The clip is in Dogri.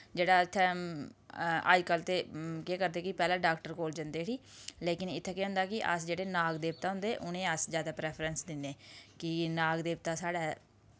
जेह्ड़ा इत्थें अज्जकल ते केह् करदे कि पैह्लें डाक्टर कोल जंदे उठी लेकिन इत्थें केह् होंदा कि अस जेह्ड़े नाग देवता होंदे उ'नें अस ज्यादा परैफ्रैंस दिन्ने कि नाग देवता साढ़ै